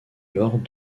lors